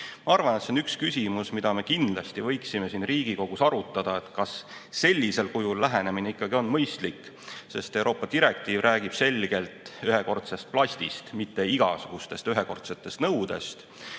tohi. Arvan, et see on üks küsimus, mida me kindlasti võiksime siin Riigikogus arutada, kas sellisel kujul lähenemine on mõistlik. Euroopa direktiiv räägib selgelt ühekordsest plastist, mitte igasugustest ühekordsetest nõudest.